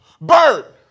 Bird